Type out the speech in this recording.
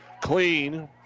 clean